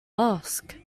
ask